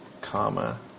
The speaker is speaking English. comma